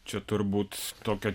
čia turbūt tokio